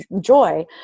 joy